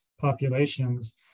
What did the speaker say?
populations